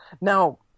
Now